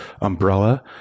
umbrella